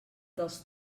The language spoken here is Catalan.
dels